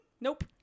nope